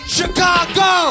Chicago